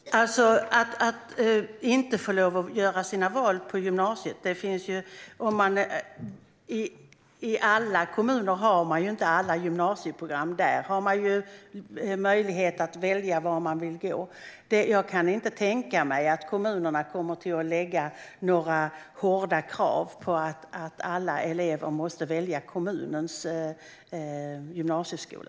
Herr talman! När det gäller att inte få göra sina val på gymnasiet kan jag säga att alla kommuner inte har alla gymnasieprogram, och där har man möjlighet att välja var man vill gå. Jag kan inte tänka mig att kommunerna kommer att ställa några hårda krav på att alla elever måste välja kommunens gymnasieskola.